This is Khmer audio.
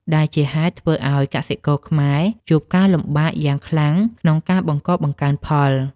ដែលជាហេតុធ្វើឱ្យកសិករខ្មែរជួបការលំបាកយ៉ាងខ្លាំងក្នុងការបង្កបង្កើនផល។